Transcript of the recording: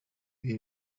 ibi